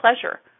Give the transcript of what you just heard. pleasure